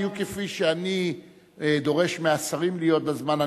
בדיוק כפי שאני דורש מהשרים להיות בזמן,